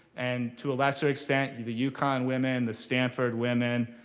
and to a lesser extent, the the yeah uconn women, the stanford women.